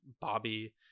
bobby